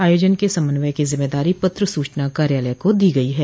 आयोजन के समन्वय की जिम्मेदारी पत्र सूचना कार्यालय को दी गई है